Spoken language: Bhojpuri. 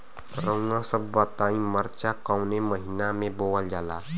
रउआ सभ बताई मरचा कवने महीना में बोवल जाला?